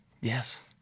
Yes